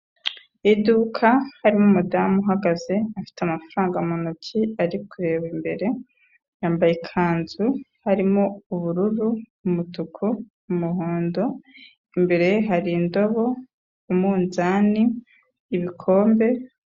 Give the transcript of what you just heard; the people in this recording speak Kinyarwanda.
Iduka harimo umudamu uhagaze, afite amafaranga mu ntoki, ari kureba imbere, yambaye ikanzu harimo ubururu, umutuku, umuhondo, imbere ye hari indobo, umunzani, ibikombe...